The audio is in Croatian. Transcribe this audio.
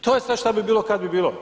To je sve što bi bilo kada bi bilo.